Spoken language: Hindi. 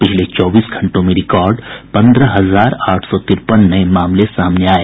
पिछले चौबीस घंटों में रिकार्ड पन्द्रह हजार आठ सौ तिरपन नये मामले सामने आयें